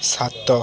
ସାତ